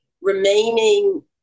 remaining